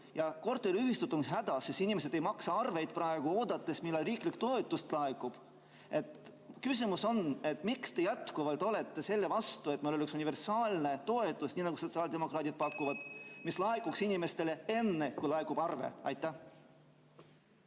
Korteriühistud on hädas, sest inimesed ei maksa arveid praegu, vaid ootavad, millal riiklik toetus laekub. Küsimus on: miks te olete jätkuvalt selle vastu, et meil oleks universaalne toetus, nii nagu sotsiaaldemokraadid pakuvad, mis laekuks inimestele enne, kui laekub arve? Aitäh!